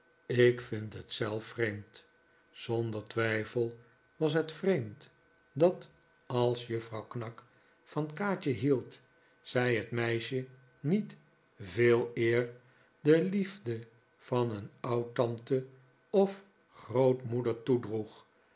ik vind het zelf vreemd zonder twijfel was het vreemd dat als juffrouw knag van kaatje hield zij het meisje niet veeleer de liefde van een oudtante of grootmoeder